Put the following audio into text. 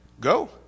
Go